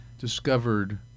discovered